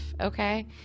Okay